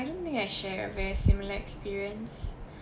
I didn't think I share a very similar experience